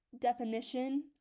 definition